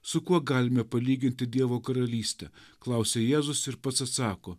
su kuo galime palyginti dievo karalystę klausia jėzus ir pats atsako